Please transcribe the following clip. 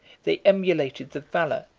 they emulated the valor,